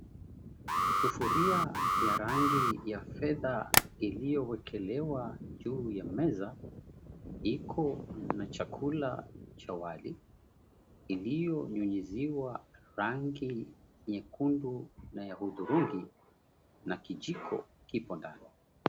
Sufuria ya rangi ya fedha iliyowekelewa juu ya meza iko na chakula cha wali iliyonyunyiziwa rangi nyekundu na yahudhurungi na kijiko kipo ndani.